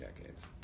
decades